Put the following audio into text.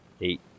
Eight